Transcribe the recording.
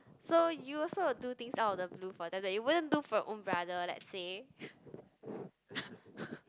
so you also will do things out of the blue for that you wouldn't do for your own brother let's say